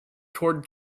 toward